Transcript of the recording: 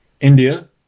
India